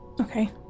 Okay